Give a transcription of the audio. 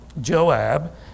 Joab